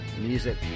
music